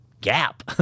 gap